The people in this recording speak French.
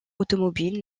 automobile